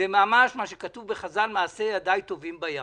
זה ממש כפי שכתוב בחז"ל: מעשי ידיי טובעים בים.